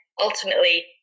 ultimately